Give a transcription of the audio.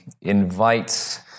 invites